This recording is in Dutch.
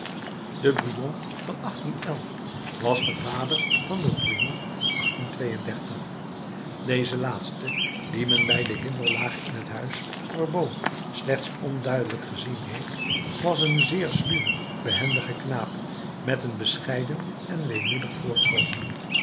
brujon van was de vader van den brujon van deze laatste dien men bij de hinderlaag in het huis gorbeau slechts onduidelijk gezien heeft was een zeer sluwe behendige knaap met een bescheiden en weemoedig voorkomen